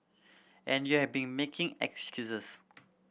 and you have been making excuses